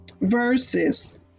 verses